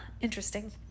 interesting